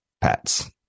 pets